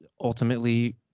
ultimately